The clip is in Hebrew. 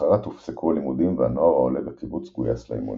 למחרת הופסקו הלימודים והנוער העולה בקיבוץ גויס לאימונים.